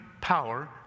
power